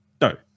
No